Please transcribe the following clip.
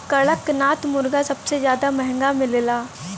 कड़कनाथ मुरगा सबसे जादा महंगा मिलला